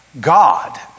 God